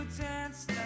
dance